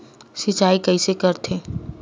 सिंचाई कइसे करथे?